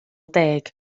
deg